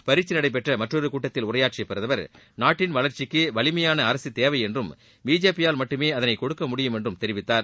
பரீச்சில் நடைபெற்ற மற்றொரு கூட்டத்தில் உரையாற்றிய பிரதமர் நாட்டின் வளர்ச்சிக்கு வலுமையான அரசு தேவை என்றும் பிஜேபியால் மட்டுமே அதனை கொடுக்க முடியும் என்றும் தெரிவித்தார்